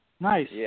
Nice